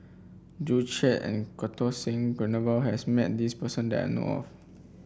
Joo Chiat and Santokh Singh Grewal has met this person that I know of